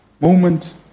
moment